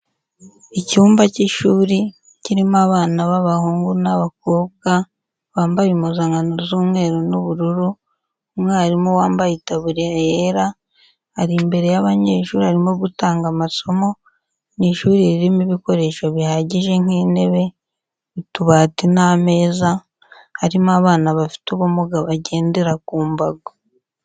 Icyumba cy'ishuri kirimo abana b'abahungu n'abakobwa bambaye impuzankano z'umweru n'ubururu, umwarimu wambaye itaburiya yera, ari imbere y'abanyeshuri arimo gutanga amasomo, ni ishuri ririmo ibikoresho bihagije nk'intebe, utubati n'ameza, harimo abana bafite ubumuga bagendera ku mbago.